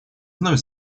вновь